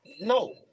no